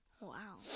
Wow